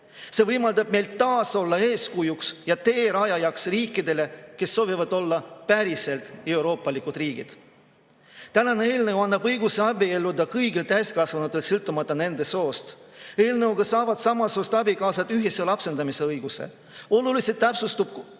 See võimaldab meil taas olla eeskujuks ja teerajajaks riikidele, kes soovivad olla päriselt euroopalikud riigid. Tänane eelnõu annab õiguse abielluda kõigile täiskasvanutele sõltumata nende soost. Eelnõuga saavad samast soost abikaasad ühise lapsendamisõiguse. Oluliselt täpsustub